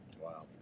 Wow